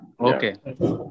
Okay